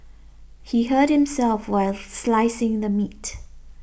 he hurt himself while slicing the meat